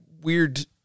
weird